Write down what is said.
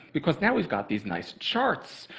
because now we've got these nice charts.